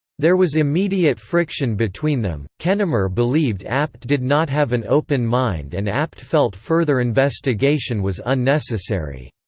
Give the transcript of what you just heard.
there was immediate friction between them kennamer believed abt did not have an open mind and abt felt further investigation was unnecessary.